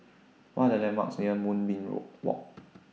What Are The landmarks near Moonbeam Road Walk